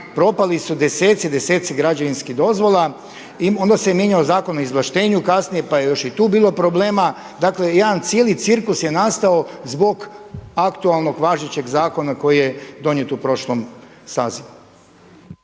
propali su desetci, desetci građevinskih dozvola. Onda se mijenjao Zakon o izvlaštenju kasnije pa je još i tu bilo problema. Dakle jedan cijeli cirkus je nastao zbog aktualnog važećeg zakona koji je donijet u prošlom sazivu.